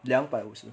两百五十